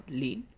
lean